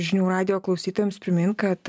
žinių radijo klausytojams primint kad